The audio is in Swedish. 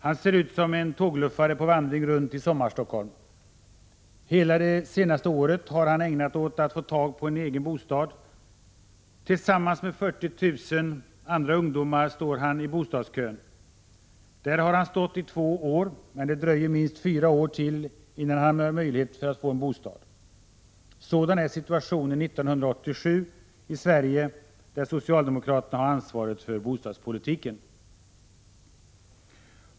Han ser ut som en tågluffare på vandring runt i Sommarstockholm. Hela det senaste året har han ägnat åt att få tag på en egen bostad. Tillsammans med 40 000 andra ungdomar står han i bostadskön. Där har han stått i två år, men det dröjer minst fyra år till innan han har möjlighet att få en bostad. Sådan är situationen 1987 i Sverige, där socialdemokraterna har ansvaret för bostadspolitiken.